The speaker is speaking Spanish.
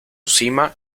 cima